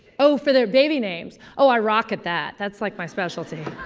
oh for their baby names? oh, i rock at that. that's like my specialty.